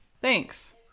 Thanks